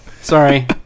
Sorry